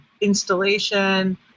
installation